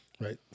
right